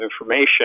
information